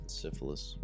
syphilis